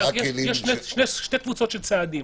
אני אומר שיש שתי קבוצות של צעדים